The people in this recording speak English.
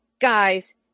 Guys